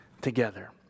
together